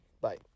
Bye